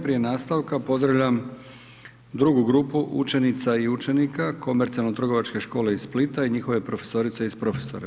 Prije nastavka pozdravljam drugu grupu učenica i učenika Komercijalno-trgovačke škole iz Splita i njihove profesorice i profesore.